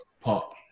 pop